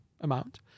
amount